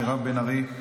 מירב בן ארי,